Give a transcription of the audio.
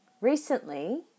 recently